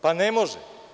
Pa, ne može.